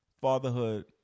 fatherhood